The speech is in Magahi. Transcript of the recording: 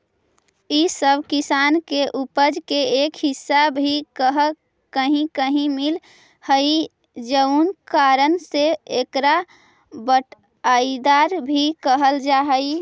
इ सब किसान के उपज के एक हिस्सा भी कहीं कहीं मिलऽ हइ जउन कारण से एकरा बँटाईदार भी कहल जा हइ